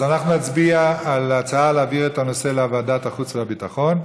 ועדת החוץ והביטחון?